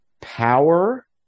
power